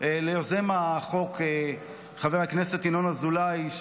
ליוזם החוק חבר הכנסת ינון אזולאי,